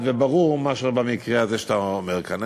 וברור מאשר במקרה הזה שאתה אומר כאן.